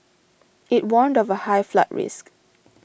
it warned of a high flood risk